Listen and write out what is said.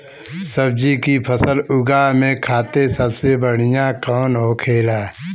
सब्जी की फसल उगा में खाते सबसे बढ़ियां कौन होखेला?